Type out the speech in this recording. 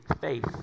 Faith